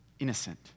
innocent